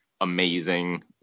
amazing